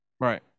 right